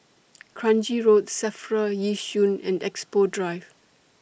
Kranji Road SAFRA Yishun and Expo Drive